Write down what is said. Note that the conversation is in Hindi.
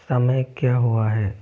समय क्या हुआ है